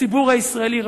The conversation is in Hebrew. הציבור הישראלי,